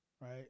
right